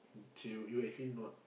till you actually not